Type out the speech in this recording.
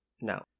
no